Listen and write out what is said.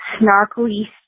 snarkly